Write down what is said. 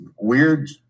weird